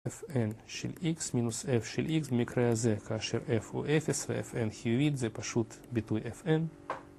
fn של x מינוס f של x במקרה הזה כאשר f הוא 0, אז fn חיובית, זה פשוט ביטוי fn